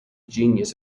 genius